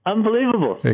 Unbelievable